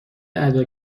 ادا